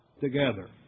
together